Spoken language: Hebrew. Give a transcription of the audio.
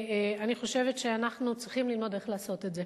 אני חושבת שאנחנו צריכים ללמוד איך לעשות את זה.